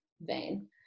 vein